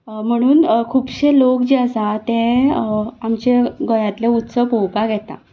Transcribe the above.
म्हणून खुबशे लोक जे आसा ते आमचे गोंयातले उत्सव पोवपाक येता